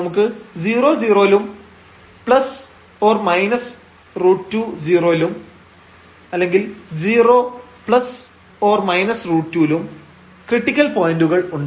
നമുക്ക് 00 ലും ±√20 ലും 0 ±√2 ലും ക്രിട്ടിക്കൽ പോയന്റുകൾ ഉണ്ട്